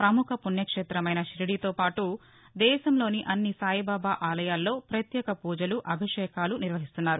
పముఖ పుణ్యక్షేతమైన షిరిడీతో పాటు దేశంలోని అన్ని సాయిబాబా ఆలయాల్లో ప్రత్యేక పూజలు అభిషేకాలు నిర్వహిస్తున్నారు